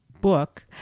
book